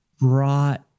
brought